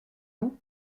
bout